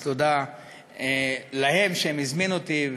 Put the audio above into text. אז תודה להם שהזמינו אותי,